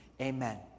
amen